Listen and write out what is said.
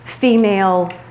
female